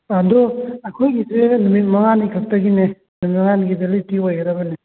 ꯑꯗꯣ ꯑꯩꯈꯣꯏꯒꯤꯁꯦ ꯅꯨꯃꯤꯠ ꯃꯉꯥꯅꯤ ꯈꯛꯇꯒꯤꯅꯦ ꯅꯨꯃꯤꯠ ꯃꯉꯥꯅꯤꯒꯤ ꯚꯦꯂꯤꯗꯤꯇꯤ ꯑꯣꯏꯒꯗꯕꯅꯦ